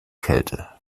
kälte